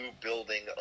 building